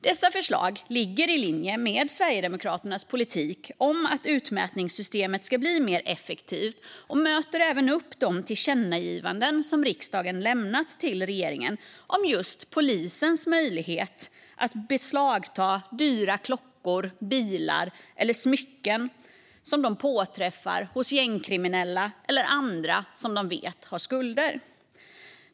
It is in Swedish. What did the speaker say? Dessa förslag ligger i linje med Sverigedemokraternas politik om att utmätningssystemet ska bli mer effektivt, och de möter även upp de tillkännagivanden som riksdagen lämnat till regeringen om just polisens möjlighet att beslagta dyra klockor, bilar eller smycken som de påträffar hos gängkriminella eller andra som de vet har skulder.